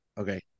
okay